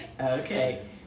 Okay